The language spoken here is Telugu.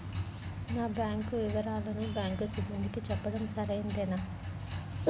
నా బ్యాంకు వివరాలను బ్యాంకు సిబ్బందికి చెప్పడం సరైందేనా?